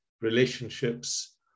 relationships